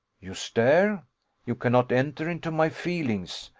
you stare you cannot enter into my feelings.